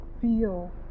feel